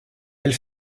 elle